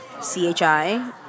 C-H-I